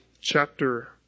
chapter